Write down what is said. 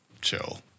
chill